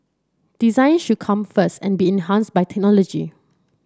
design should come first and be enhanced by technology